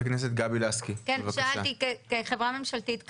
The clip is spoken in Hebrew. כחברה ממשלתית,